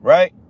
Right